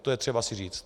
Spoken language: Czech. To je třeba si říct.